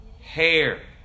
hair